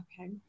okay